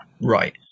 Right